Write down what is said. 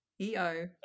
Eo